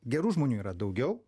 gerų žmonių yra daugiau